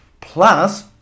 Plus